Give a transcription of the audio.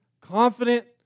confident